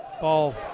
Ball